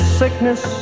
sickness